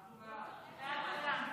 לדעתי לא צריך.